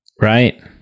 Right